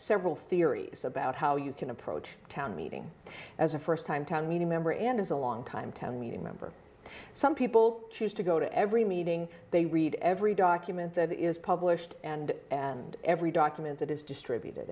several theories about how you can approach town meeting as a st time town meeting member and as a longtime town meeting member some people choose to go to every meeting they read every document that is published and every document that is distributed